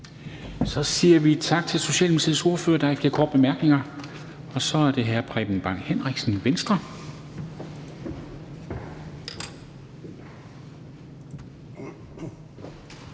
Så siger vi tak til Socialdemokratiets ordfører. Der er ikke flere korte bemærkninger. Så er det hr. Preben Bang Henriksen, Venstre.